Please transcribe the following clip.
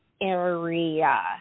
area